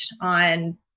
on